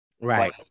Right